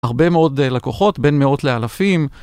הרבה מאוד לקוחות, בין מאות לאלפים.